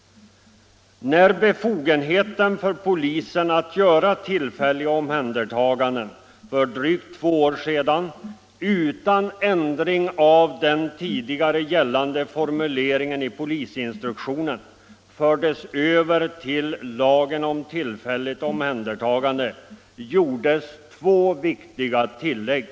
När befogenheten för polisen att göra tillfälliga omhändertaganden för drygt två år sedan utan ändring av den tidigare gällande formuleringen i polisinstruktionen fördes över till lagen om tillfälligt omhändertagande, gjordes två viktiga tillägg.